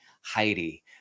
Heidi